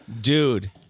Dude